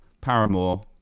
Paramore